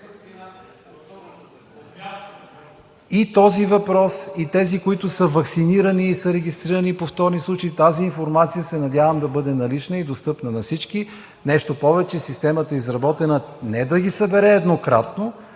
И този въпрос, и тези, които са ваксинирани и са регистрирани повторни случаи – тази информация се надявам да бъде налична и достъпна на всички. Нещо повече – системата е изработена не да ги събере еднократно,